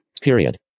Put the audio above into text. Period